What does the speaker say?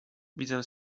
widzę